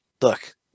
Look